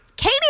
Katie